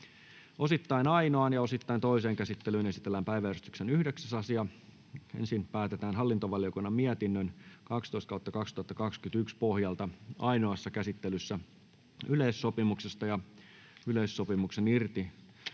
Osittain ainoaan, osittain toiseen käsittelyyn esitellään päiväjärjestyksen 9. asia. Ensin päätetään hallintovaliokunnan mietinnön HaVM 12/2021 vp pohjalta ainoassa käsittelyssä yleissopimuksesta ja yleissopimuksen